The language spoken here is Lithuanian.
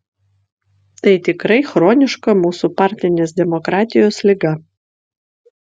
tai tikrai chroniška mūsų partinės demokratijos liga